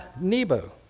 Nebo